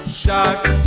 shots